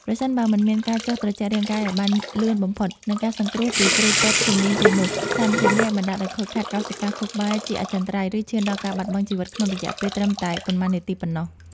ប្រសិនបើមិនមានការចុះត្រជាក់រាងកាយឱ្យបានលឿនបំផុត និងការសង្គ្រោះពីគ្រូពេទ្យជំនាញទេនោះ ស្ថានភាពនេះអាចបណ្តាលឱ្យខូចខាតកោសិកាខួរក្បាលជាអចិន្ត្រៃយ៍ ឬឈានដល់ការបាត់បង់ជីវិតក្នុងរយៈពេលត្រឹមតែប៉ុន្មាននាទីប៉ុណ្ណោះ។